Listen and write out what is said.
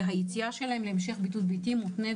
והיציאה שלהם להמשך בידוד ביתי מותנית